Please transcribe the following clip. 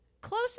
Close